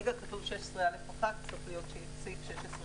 יבוא: "(ג)על אף הוראות פסקה (ב),